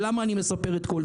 למה אני מספר את זה